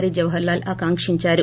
Hari Jawahar Lal ఆకాంజించారు